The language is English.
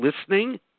Listening